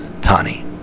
Tani